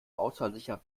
ausfallsicher